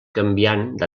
canviant